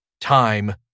Time